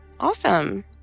Awesome